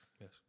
Yes